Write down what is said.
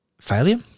failure